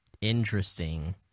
Interesting